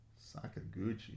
Sakaguchi